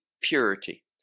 purity